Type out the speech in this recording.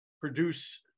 produce